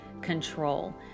control